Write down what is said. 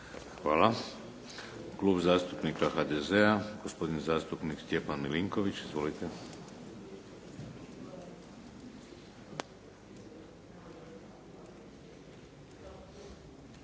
Hvala. Klub zastupnika HDZ-a, gospodin zastupnik Stjepan Milinković. Izvolite.